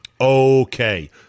Okay